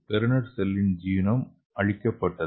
பெறுநர் செல்லின் ஜீனோம் அழிக்கப்பட்டது